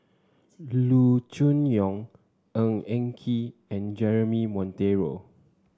Loo Choon Yong Ng Eng Kee and Jeremy Monteiro